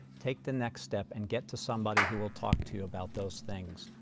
take the next step and get to somebody who will talk to you about those things.